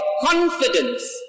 confidence